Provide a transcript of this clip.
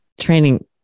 training